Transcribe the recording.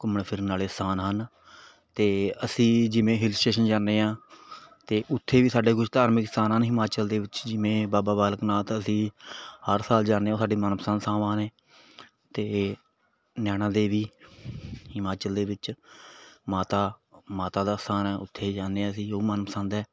ਘੁੰਮਣ ਫਿਰਨ ਵਾਲੇ ਸਥਾਨ ਹਨ ਅਤੇ ਅਸੀਂ ਜਿਵੇਂ ਹਿੱਲ ਸਟੇਸ਼ਨ ਜਾਂਦੇ ਹਾਂ ਅਤੇ ਉੱਥੇ ਵੀ ਸਾਡੇ ਕੁਛ ਧਾਰਮਿਕ ਸਥਾਨ ਹਨ ਹਿਮਾਚਲ ਦੇ ਵਿੱਚ ਜਿਵੇਂ ਬਾਬਾ ਬਾਲਕ ਨਾਥ ਅਸੀਂ ਹਰ ਸਾਲ ਜਾਂਦੇ ਉਹ ਸਾਡੀ ਮਨ ਪਸੰਦ ਥਾਵਾਂ ਨੇ ਅਤੇ ਨੈਣਾਂ ਦੇਵੀ ਹਿਮਾਚਲ ਦੇ ਵਿੱਚ ਮਾਤਾ ਮਾਤਾ ਦਾ ਅਸਥਾਨ ਹੈ ਉੱਥੇ ਜਾਂਦੇ ਹਾਂ ਅਸੀਂ ਉਹ ਮਨਪਸੰਦ ਹੈ